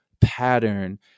pattern